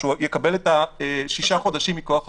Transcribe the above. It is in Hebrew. הוא יקבל שישה חודשים מכוח החוק.